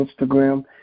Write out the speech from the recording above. Instagram